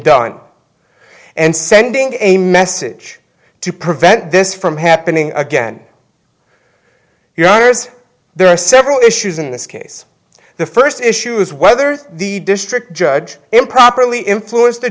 done and sending a message to prevent this from happening again yours there are several issues in this case the first issue is whether the district judge improperly influenced the